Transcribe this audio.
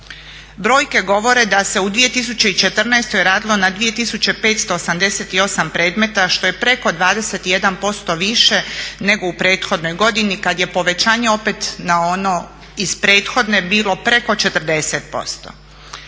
Brojke govore da se u 2014.radilo na 2 588 predmeta što je preko 21% više nego u prethodnoj godini kad je povećanje opet na ono iz prethodne bilo preko 40%.